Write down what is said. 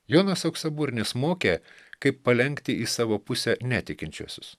jonas auksaburnis mokė kaip palenkti į savo pusę netikinčiuosius